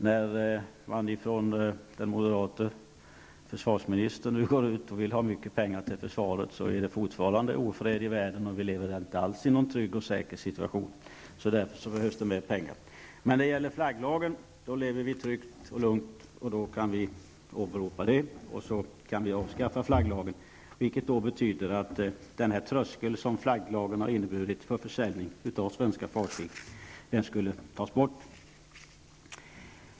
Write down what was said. När den moderata försvarsministern vill ha mycket pengar till försvaret, är det fortfarande ofred i världen. Vi lever inte alls i någon trygg och säker situation, och då behöver försvaret mer pengar. Men när det gäller flagglagen lever vi tryggt och lugnt, och då kan vi åberopa det och avskaffa flagglagen. Det betyder att den tröskel som flagglagen har inneburit för försäljning av svenska fartyg skulle tas bort.